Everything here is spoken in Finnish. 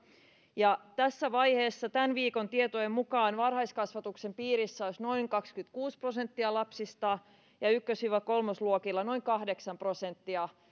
tässä vaiheessa tämän viikon tietojen mukaan varhaiskasvatuksen piirissä olisi noin kaksikymmentäkuusi prosenttia lapsista ja ykkös kolmosluokilla noin kahdeksan prosenttia